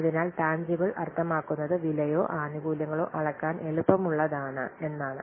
അതിനാൽ ടാൻജിബ്ബിൽ അർത്ഥമാക്കുന്നത് വിലയോ ആനുകൂല്യങ്ങളോ അളക്കാൻ എളുപ്പമുള്ളതാണ് എന്നാണ്